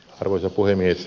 arvoisa puhemies